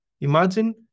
Imagine